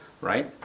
right